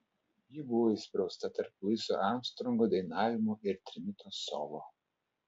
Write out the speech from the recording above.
ji buvo įsprausta tarp luiso armstrongo dainavimo ir trimito solo